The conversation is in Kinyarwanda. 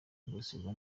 kwibasirwa